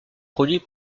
produit